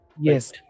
yes